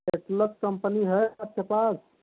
company है आपके पास